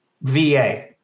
VA